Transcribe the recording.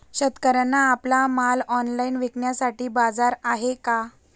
शेतकऱ्यांना आपला माल ऑनलाइन विकण्यासाठी बाजार आहे का?